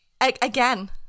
again